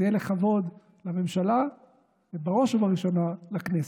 זה יהיה לכבוד לממשלה ובראש ובראשונה לכנסת.